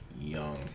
young